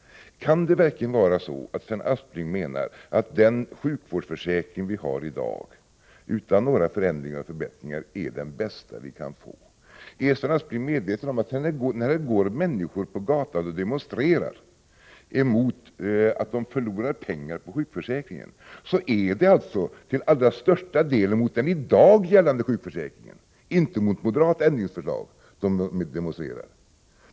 Kan det verkligen vara så, att Sven Aspling menar att den sjukvårdsförsäkring vi har i dag, utan några förändringar och förbättringar, är den bästa vi kan få? Är Sven Aspling medveten om att när det går människor på gatan och demonstrerar emot att de förlorar pengar på sjukförsäkringen, så är det till allra största delen mot den i dag gällande sjukförsäkringen, inte mot moderata ändringsförslag, som de demonstrerar?